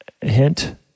hint